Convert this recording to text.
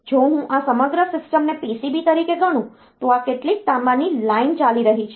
જો હું આ સમગ્ર સિસ્ટમને PCB તરીકે ગણું તો આ કેટલીક તાંબાની લાઇન ચાલી રહી છે